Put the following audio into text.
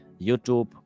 YouTube